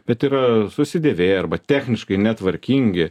bet yra susidėvėję arba techniškai netvarkingi